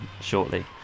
shortly